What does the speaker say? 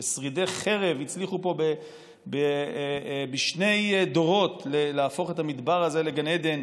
ששרידי חרב הצליחו פה בשני דורות להפוך את המדבר הזה לגן עדן,